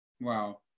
Wow